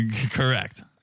correct